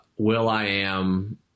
Will.i.am